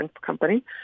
company